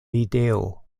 ideo